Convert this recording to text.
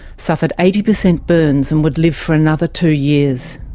suffered eighty percent burns, and would live for another two years.